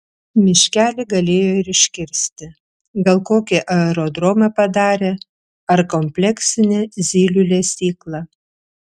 miškelį galėjo ir iškirsti gal kokį aerodromą padarė ar kompleksinę zylių lesyklą